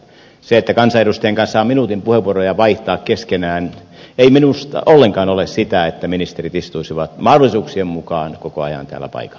se että kansanedustajien kanssa saa minuutin puheenvuoroja vaihtaa keskenään ei minusta ollenkaan ole sitä että ministerit istuisivat mahdollisuuksien mukaan koko ajan täällä paikalla